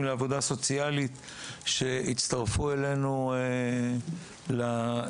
לעבודה סוציאלית שהצטרפו אלינו לדיון,